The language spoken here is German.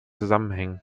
zusammenhängen